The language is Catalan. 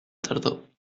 tardor